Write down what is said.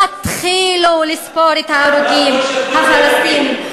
תתחילו לספור את ההרוגים הפלסטינים.